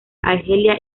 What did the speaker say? argelia